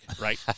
right